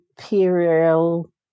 imperial